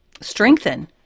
strengthen